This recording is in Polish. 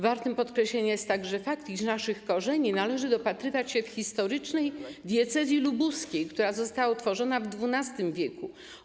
Wart podkreślenia jest także fakt, iż naszych korzeni należy dopatrywać się w historycznej diecezji lubuskiej, która została utworzona w XII w.